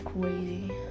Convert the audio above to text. crazy